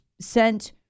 sent